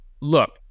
look